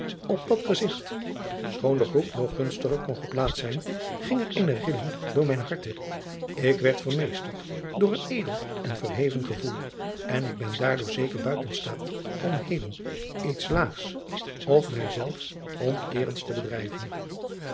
op dat gezigt schoon de groep nog gunstiger kon geplaatst zijn ging er eene rilling door mijn harte ik werd vermeesterd door een edel en verheven gevoel en ik ben daardoor zeker buiten staat om heden iets laags of mij zelv onteerends te bedrijven